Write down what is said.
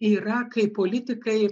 yra kai politikai